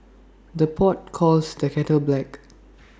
the pot calls the kettle black